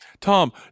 Tom